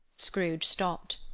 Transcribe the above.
scrooge stopped.